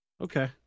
Okay